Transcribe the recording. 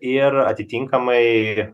ir atitinkamai